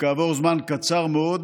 וכעבור זמן קצר מאוד